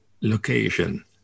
location